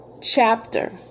chapter